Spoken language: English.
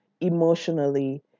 emotionally